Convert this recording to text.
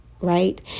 right